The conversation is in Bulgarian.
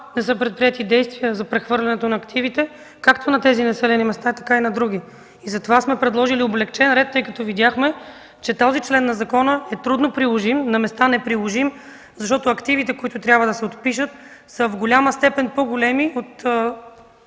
не са предприети действия за прехвърлянето на активите както на тези населени места, така и на други. Затова сме предложили облекчен ред, тъй като видяхме, че този член на закона е трудно приложим, а на места – неприложим, защото активите, които трябва да се отпишат, са в голяма степен по-големи от